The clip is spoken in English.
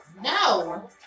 No